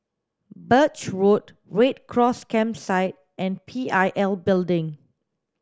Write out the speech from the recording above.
Birch Road Red Cross Campsite and P I L Building